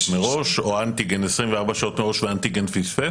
מראש או אנטיגן 24 שעות מראש והאנטיגן פספס,